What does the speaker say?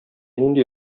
нинди